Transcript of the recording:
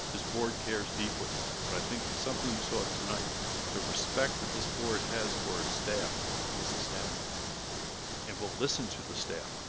board cares deeply but i think something you saw it tonight the respect that this board has for its staff is astounding and we'll listen to the staff